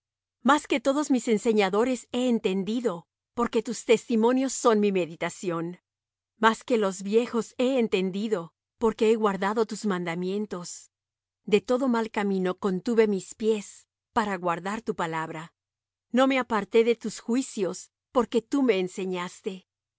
más que todos mis enseñadores he entendido porque tus testimonios son mi meditación más que los viejos he entendido porque he guardado tus mandamientos de todo mal camino contuve mis pies para guardar tu palabra no me aparté de tus juicios porque tú me enseñaste cuán